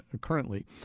currently